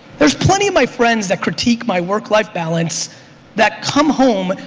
there's plenty of my friends that critique my work life balance that come home,